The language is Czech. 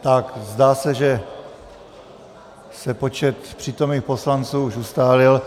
Tak , zdá se, že se počet přítomných poslanců už ustálil.